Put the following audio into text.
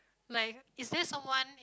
like is there someone